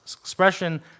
expression